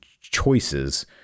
choices